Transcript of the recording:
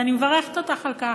ואני מברכת אותך על כך.